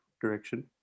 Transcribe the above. direction